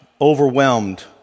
overwhelmed